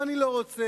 ואני לא רוצה,